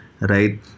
right